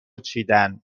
چیدن